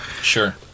Sure